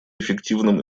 эффективным